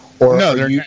No